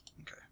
Okay